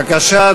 בבקשה,